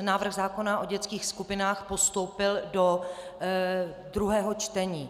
návrh zákona o dětských skupinách postoupil do druhého čtení.